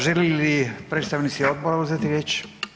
Žele li predstavnici odbora uzeti riječ?